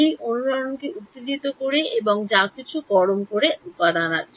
এটি অনুরণনকে উত্তেজিত করে এবং যা কিছু গরম করে উপাদান আছে